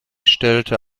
stellte